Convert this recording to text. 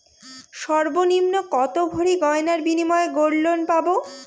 সর্বনিম্ন কত ভরি গয়নার বিনিময়ে গোল্ড লোন পাব?